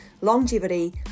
longevity